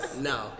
no